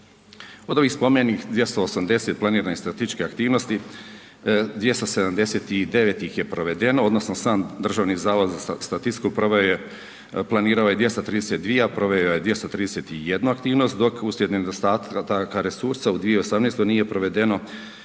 Od ovih spomenutih 280 planiranih statističkih aktivnosti, 279 ih je provedeno odnosno sam Državni zavod za statistiku proveo je, planirao je 232, a proveo je 231 aktivnost, dok uslijed nedostataka resursa u 2018. nije provedeno